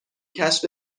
کشف